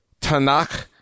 Tanakh